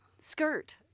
skirt